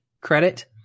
credit